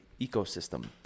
ecosystem